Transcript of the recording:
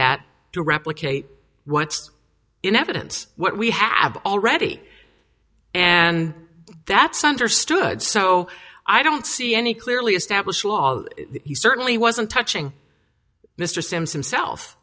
that to replicate what's in evidence what we have already and that's understood so i don't see any clearly established law he certainly wasn't touching mr simms himself